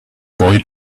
boy